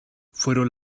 fueron